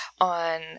on